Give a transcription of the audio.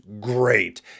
great